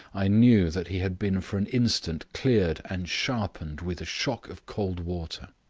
i knew that he had been for an instant cleared and sharpened with a shock of cold water.